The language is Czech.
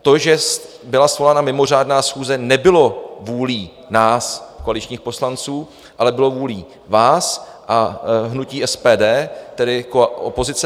To, že byla svolána mimořádná schůze, nebylo vůlí nás, koaličních poslanců, ale bylo vůlí vás a hnutí SPD, tedy opozice.